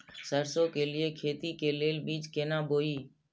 सरसों के लिए खेती के लेल बीज केना बोई?